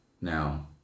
now